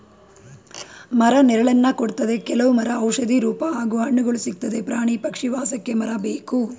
ಮರ ನೆರಳನ್ನ ಕೊಡ್ತದೆ ಕೆಲವ್ ಮರ ಔಷಧಿ ರೂಪ ಹಾಗೂ ಹಣ್ಣುಗಳು ಸಿಕ್ತದೆ ಪ್ರಾಣಿ ಪಕ್ಷಿ ವಾಸಕ್ಕೆ ಮರ ಬೇಕು